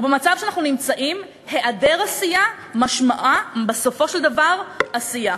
ובמצב שאנחנו נמצאים היעדר עשייה משמעו בסופו של דבר עשייה.